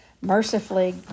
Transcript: mercifully